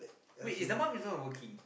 wait if the mum is not working